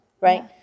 right